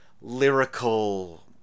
lyrical